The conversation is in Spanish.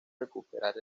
recuperar